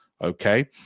Okay